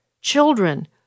children